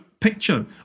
picture